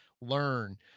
learn